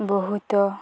ବହୁତ